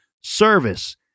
service